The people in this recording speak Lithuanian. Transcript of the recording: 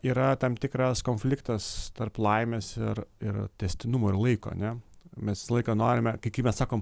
yra tam tikras konfliktas tarp laimės ir ir tęstinumo ir laiko ane mes visą laiką norime kai kai mes sakom